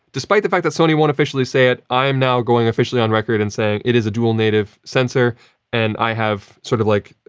despite the fact that sony won't officially say it, i am now going officially on record and saying it is a dual-native sensor and i have sort of, like,